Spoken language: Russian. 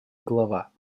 голова